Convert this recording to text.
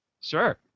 sure